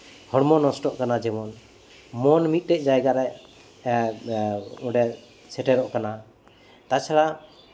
ᱦᱚᱲᱢᱚ ᱱᱚᱥᱴᱚᱜ ᱠᱟᱱᱟ ᱡᱮᱢᱚᱱ ᱢᱚᱱ ᱢᱤᱫᱴᱮᱡ ᱡᱟᱭᱜᱟᱨᱮ ᱚᱸᱰᱮ ᱥᱮᱴᱮᱨᱚᱜ ᱠᱟᱱᱟ ᱛᱟᱪᱷᱟᱲᱟ